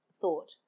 thought